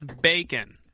bacon